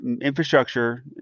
infrastructure